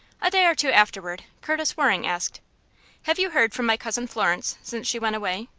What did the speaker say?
a day or two afterward curtis waring asked have you heard from my cousin florence since she went away?